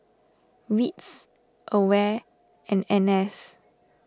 Wits Aware and N S